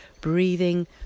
breathing